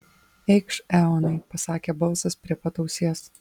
eikš eonai pasakė balsas prie pat ausies